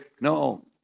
No